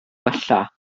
gwella